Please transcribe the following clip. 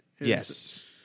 Yes